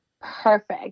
perfect